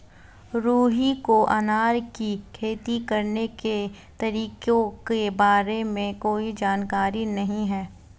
रुहि को अनार की खेती करने के तरीकों के बारे में कोई जानकारी नहीं है